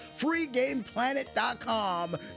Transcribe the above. FreeGamePlanet.com